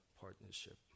partnership